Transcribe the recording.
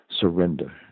surrender